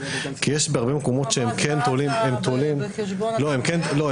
כי יש בהרבה מקומות שהם כן תולים ------ בחשבון את --- לא,